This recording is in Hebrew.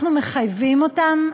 אנחנו מחייבים אותם,